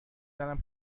زنم